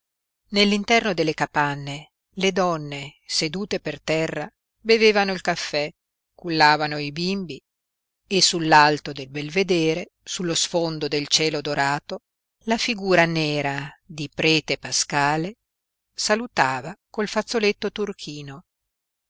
nell'interno delle capanne le donne sedute per terra bevevano il caffè cullavano i bimbi e sull'alto del belvedere sullo sfondo del cielo dorato la figura nera di prete paskale salutava col fazzoletto turchino